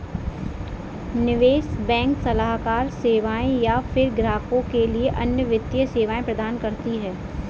निवेश बैंक सलाहकार सेवाएँ या फ़िर ग्राहकों के लिए अन्य वित्तीय सेवाएँ प्रदान करती है